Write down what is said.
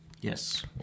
Yes